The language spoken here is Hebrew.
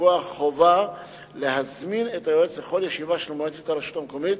לקבוע חובה להזמין את היועץ לכל ישיבה של מועצת הרשות המקומית